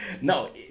no